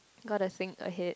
got the thing ahead